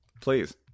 Please